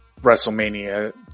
wrestlemania